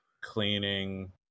cleaning